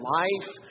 life